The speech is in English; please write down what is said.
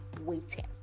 waiting